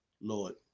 Lord